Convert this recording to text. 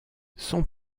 son